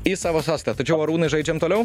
į savo sostą tačiau arūnai žaidžiam toliau